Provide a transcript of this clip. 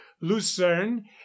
lucerne